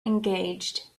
engaged